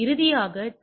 இறுதியாக டி